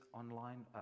online